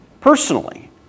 personally